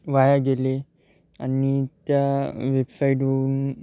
वाया गेले आणि त्या वेबसाईडवरून